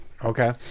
Okay